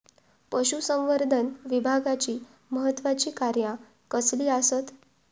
पशुसंवर्धन विभागाची महत्त्वाची कार्या कसली आसत?